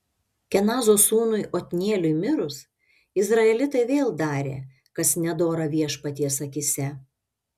kenazo sūnui otnieliui mirus izraelitai vėl darė kas nedora viešpaties akyse